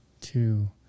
two